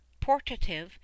portative